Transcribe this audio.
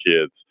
kids